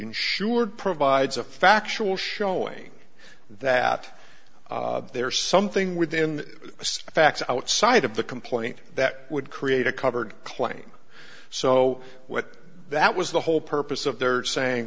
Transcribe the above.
insured provides a factual showing that there's something within us facts outside of the complaint that would create a covered claim so what that was the whole purpose of their saying